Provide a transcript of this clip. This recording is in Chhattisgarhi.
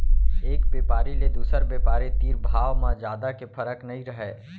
एक बेपारी ले दुसर बेपारी तीर भाव म जादा के फरक नइ रहय